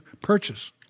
purchase